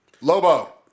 Lobo